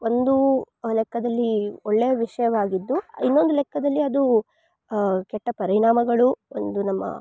ಒಂದು ಲೆಕ್ಕದಲ್ಲಿ ಒಳ್ಳೆಯ ವಿಷಯವಾಗಿದ್ದು ಇನ್ನೊಂದು ಲೆಕ್ಕದಲ್ಲಿ ಅದು ಕೆಟ್ಟ ಪರಿಣಾಮಗಳು ಒಂದು ನಮ್ಮ